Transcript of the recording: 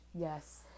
Yes